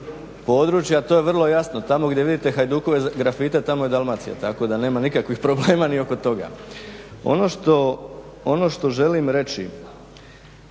područja to je vrlo jasno, tamo gdje vidite Hajdukove grafite tamo je Dalmacija tako da nema nikakvih problema oko toga. Ono što želim reći,